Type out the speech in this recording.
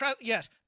yes